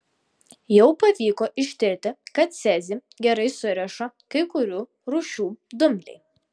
jau pavyko ištirti kad cezį gerai suriša kai kurių rūšių dumbliai